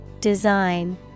Design